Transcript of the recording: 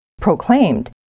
proclaimed